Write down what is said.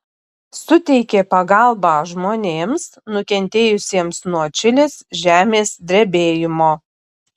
suteikė pagalbą žmonėms nukentėjusiems nuo čilės žemės drebėjimo